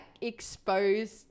exposed